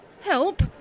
Help